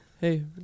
Hey